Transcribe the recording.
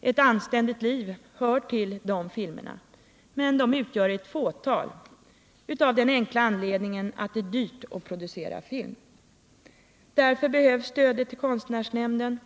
Ett anständigt liv hör till dessa filmer, men sådana filmer utgör ett fåtal, av den enkla anledningen att det är dyrt att producera film. Därför behöver stödet till konstnärsnämnden